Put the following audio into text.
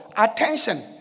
attention